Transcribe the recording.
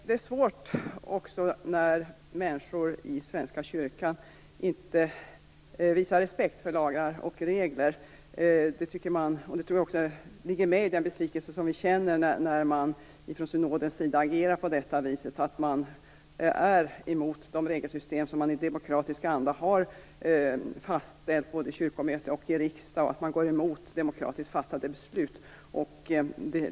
Det är svårt när människor i Svenska kyrkan inte visar respekt för lagar och regler. Jag tror att det finns med i den besvikelse som vi känner när man från synodens sida agerar på detta sätt, att man är emot de regelsystem som i demokratisk anda har fastställts både i kyrkomöte och i riksdag och att man går emot demokratiskt fattade beslut.